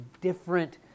different